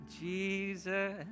Jesus